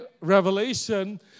revelation